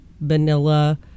vanilla